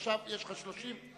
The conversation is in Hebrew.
יש לך עכשיו עוד 30 שניות.